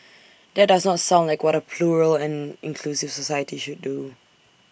that does not sound like what A plural and inclusive society should do